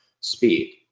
Speed